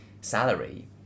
salary